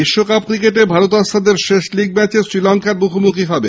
বিশ্বকাপ ক্রিকেটে ভারত আজ তাদের শেষ লীগ ম্যাচে শ্রীলঙ্কার মুখোমুখি হবে